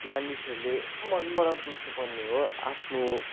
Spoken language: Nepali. मानिसहरूले मनबाट बुझ्नु पर्ने हो आफ्नो